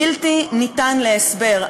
בלתי ניתן להסבר.